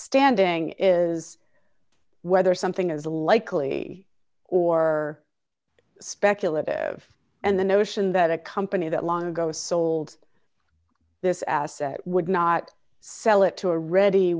standing is whether something is a likely or speculative and the notion that a company that long ago sold this asset would not sell it to a ready